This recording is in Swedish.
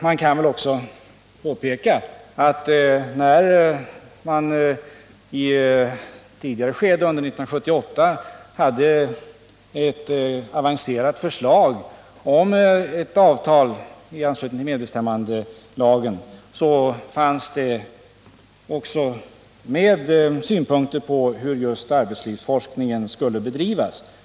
Det kan väl också påpekas att när man i ett tidigare skede, under 1978, hade ett avancerat förslag om ett avtal i anslutning till medbestämmandelagen, så fanns det även med synpunkter på hur just arbetslivsforskningen skulle bedrivas.